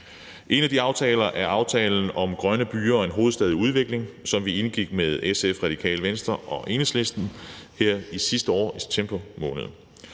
En af de aftaler er »Tættere på - Grønne byer og en hovedstad i udvikling«, som vi indgik med SF, Radikale Venstre og Enhedslisten i september måned